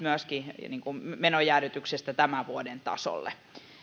myöskin menojäädytyksestä tämän vuoden tasolle